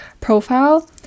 profile